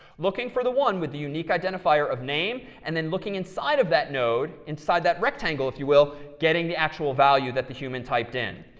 looking for the one with the unique identifier of name and then looking inside of that node, inside that rectangle, if you will, getting the actual value that the human typed in.